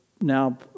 now